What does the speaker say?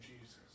Jesus